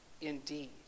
indeed